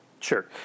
Sure